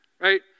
right